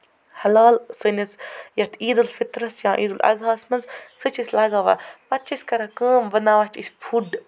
hello سٲنِس یَتھ عیٖدُل فِطرَس یا عیٖدُل اِزہاہَس منٛز سُہ چھِ أسۍ لَگاوان پَتہٕ چھِ أسۍ کران کٲم بَناوان چھِ أسۍ فُڈ